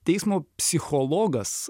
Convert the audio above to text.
teismo psichologas